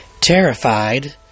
Terrified